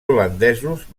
holandesos